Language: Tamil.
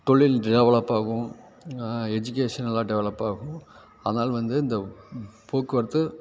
தொழில் டெவலப் ஆகும் எஜுகேஷன்லாம் டெவலப் ஆகும் அதனால வந்து இந்த போக்குவரத்து